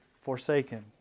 forsaken